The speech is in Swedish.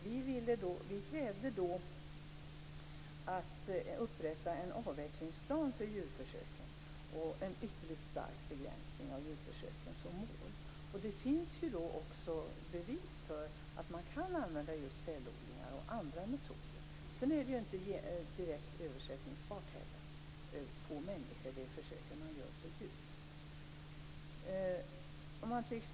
Vi krävde då att det skulle upprättas en avvecklingsplan för djurförsöken. Målet var en ytterligt stark begränsning av djurförsöken. Det finns också bevis för att man kan använda just cellodlingar och andra metoder. De försök man gör på djur är inte heller direkt översättbara på människor.